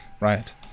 right